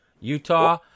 utah